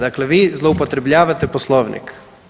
Dakle, vi zloupotrebljavate Poslovnik.